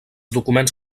documents